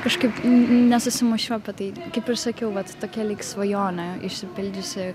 kažkaip nesusimąsčiau apie tai kaip ir sakiau vat tokia lyg svajonė išsipildžiusi